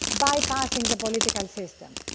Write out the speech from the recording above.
bypassing the political system.